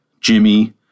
Jimmy